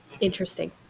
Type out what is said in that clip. interesting